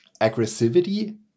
aggressivity